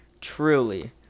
truly